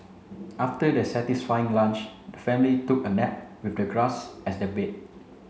after their satisfying lunch the family took a nap with the grass as their bed